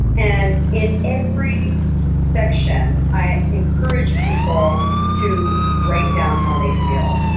and in every section, i encourage people to write down how they feel.